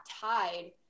tied